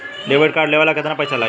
Debit card लेवे ला केतना पईसा लागी?